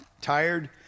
tired